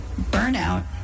burnout